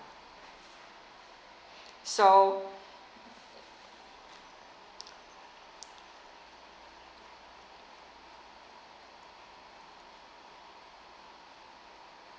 so